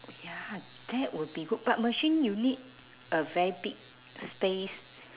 ya that would be good but machine you need a very big space